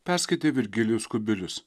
perskaitė virgilijus kubilius